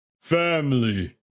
Family